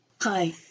Hi